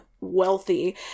wealthy